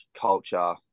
culture